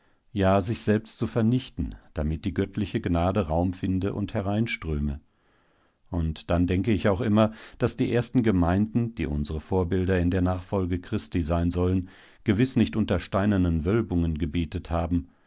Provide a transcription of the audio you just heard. ja sich selbst zu vernichten damit die göttliche gnade raum finde und hereinströme und dann denke ich auch immer daß die ersten gemeinden die unsere vorbilder in der nachfolge christi sein sollen gewiß nicht unter steinernen wölbungen gebetet haben